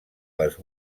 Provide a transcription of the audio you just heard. les